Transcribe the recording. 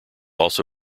also